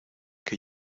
que